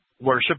worship